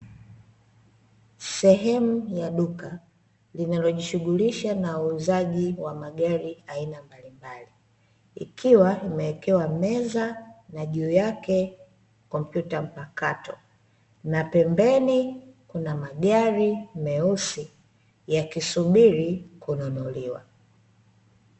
Sehemu ya duka linalojishughulisha na uuzaji wa magari aina mbalimbali, ikiwa imewekewa meza na juu yake kompyuta mpakato, na pembeni kuna magari meusi yakisubiri kununuliwa.